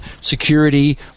security